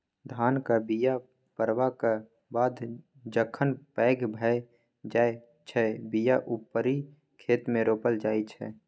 धानक बीया पारबक बाद जखन पैघ भए जाइ छै बीया उपारि खेतमे रोपल जाइ छै